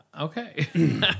okay